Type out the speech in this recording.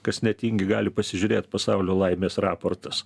kas netingi gali pasižiūrėt pasaulio laimės raportas